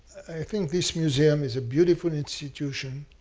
i think this museum is a beautiful institution.